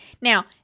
Now